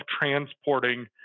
transporting